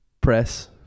Press